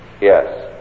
Yes